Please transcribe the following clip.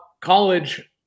college